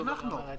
גם אנחנו.